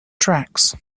tracks